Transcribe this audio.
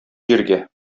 җиргә